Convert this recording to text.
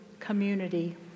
community